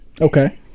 Okay